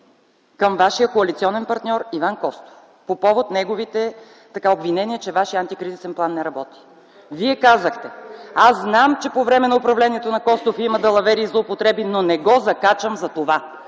към вашия коалиционен партньор Иван Костов по повод неговите обвинения, че вашият антикризисен план не работи. Вие казахте: „Аз знам, че по време на управлението на Костов има далавери и злоупотреби, но не го закачам за това.”